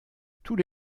tous